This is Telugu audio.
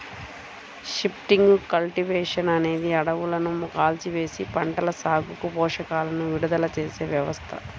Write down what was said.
షిఫ్టింగ్ కల్టివేషన్ అనేది అడవులను కాల్చివేసి, పంటల సాగుకు పోషకాలను విడుదల చేసే వ్యవస్థ